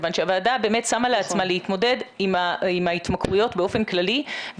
כיוון שהוועדה באמת שמה לעצמה להתמודד עם ההתמכרויות באופן כללי.